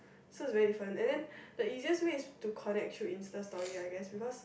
so is very different and then the easiest way is to connect through Insta stories I guess because